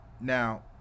now